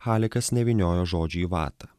halikas nevyniojo žodžių į vatą